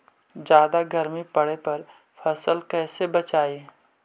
जादा गर्मी पड़े पर फसल के कैसे बचाई?